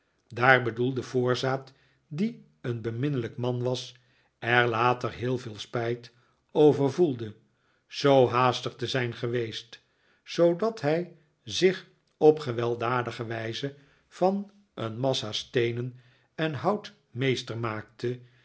daar bedoelde voorzaat die een beminnelijk man was er later heel veel spijt over voelde zoo haastig te zijn geweest zoodat hij zich op gewelddadige wijze van een massa steenen en hout meester maakte